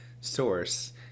source